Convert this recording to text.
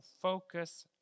focus